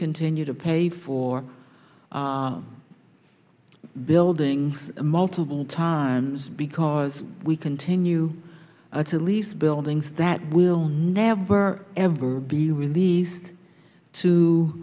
continue to pay for building multiple times because we continue to lease buildings that will never ever be released to